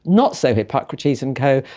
not so hippocrates and co,